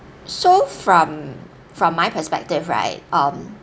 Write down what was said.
so from from my perspective right um